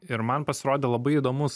ir man pasirodė labai įdomus